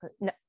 No